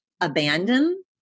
abandon